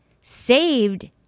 saved